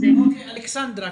אלכסנדרה.